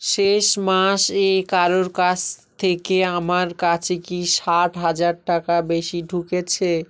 শেষ মাস এ কারোর কাস থেকে আমার কাছে কি সাত হাজার টাকা বেশি ঢুকেছে